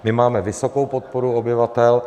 My máme vysokou podporu obyvatel.